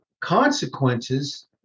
consequences